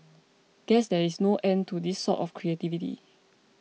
guess there is no end to this sort of creativity